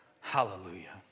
Hallelujah